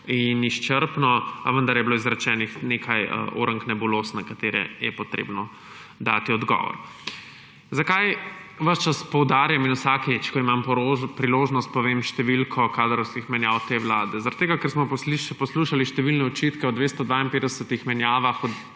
in izčrpno, a vendar je bilo izrečenih nekaj ornk nebuloz, na katere je treba dati odgovor. Zakaj ves čas poudarjam in vsakič, ko imam priložnost, povem število kadrovskih menjav te vlade? Ker smo poslušali številne očitke o 252 menjavah